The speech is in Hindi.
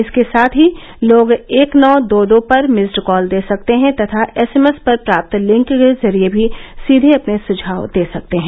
इसके साथ ही लोग एक नौ दो दो पर मिस्ड कॉल दे सकते हैं तथा एस एमएस पर प्राप्त लिंक के जरिए भी सीधे अपने सुझाव दे सकते हैं